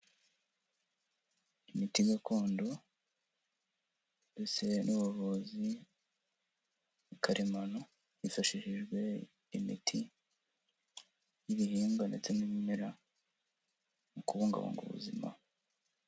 Imiti gakondo ndetse n'ubuvuzi mu karemano hifashishijwe imiti y'ibihingwa ndetse n'ibimera mu kubungabunga ubuzima.